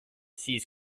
seize